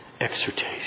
exhortation